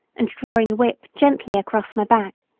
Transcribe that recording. and drawing the whip gently across my back,